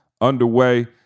underway